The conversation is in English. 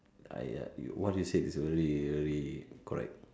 !aiya! what you said is really really correct